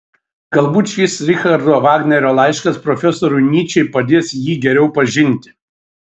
galbūt šis richardo vagnerio laiškas profesoriui nyčei padės jį geriau pažinti